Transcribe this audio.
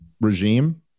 regime